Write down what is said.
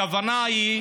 הכוונה הייתה